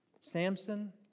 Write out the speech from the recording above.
Samson